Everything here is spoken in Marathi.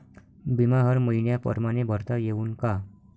बिमा हर मइन्या परमाने भरता येऊन का?